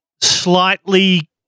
slightly